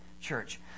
church